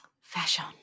fashion